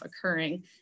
occurring